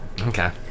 Okay